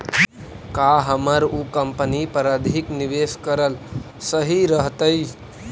का हमर उ कंपनी पर अधिक निवेश करल सही रहतई?